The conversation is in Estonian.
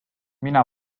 mina